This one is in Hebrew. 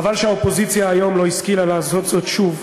חבל שהאופוזיציה היום לא השכילה לעשות זאת שוב,